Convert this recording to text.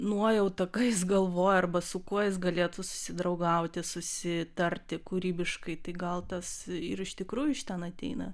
nuojauta ką jis galvoja arba su kuo jis galėtų susidraugauti susitarti kūrybiškai tai gal tas ir iš tikrųjų iš ten ateina